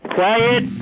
Quiet